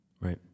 Right